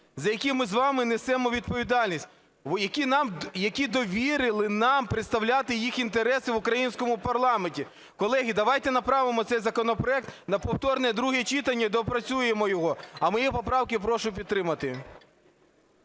за яких ми з вами несемо відповідальність, які довірили нам представляти їх інтереси в українському парламенті. Колеги, давайте направимо цей законопроект на повторне друге читання, доопрацюємо його. А мої поправки прошу підтримати.